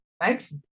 Thanks